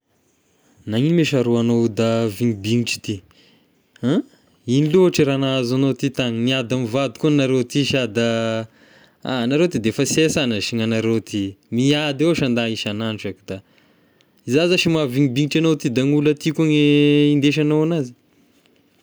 Nagnino moa e sha rô agnao io da vignibinitra ity, ah! Igno loatra raha nahazo agnao ty tagny, niady mivady koa nareo ty sa da, ah! Nareo ty de efa sy hay sana shy ny agnareo ty, miady ao sha nda isan'andro za ky da, iza zashy mahavignibinitra agnao ty da ny olo aty ko ny indesagnao anazy.